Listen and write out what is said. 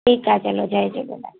ठीकु आहे चलो जय झूलेलाल